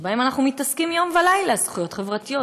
שבהם אנחנו מתעסקים יום ולילה: זכויות חברתיות,